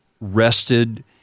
rested